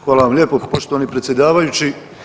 Hvala vam lijepo poštovani predsjedavajući.